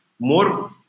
more